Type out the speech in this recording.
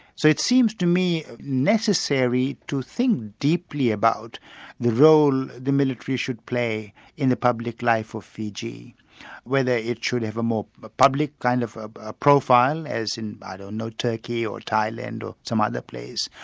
so it seems to me necessary to think deeply about the role the military should play in the public life of fiji whether it should have a more but public kind of ah ah profile, as in i don't know, turkey or thailand or some other place,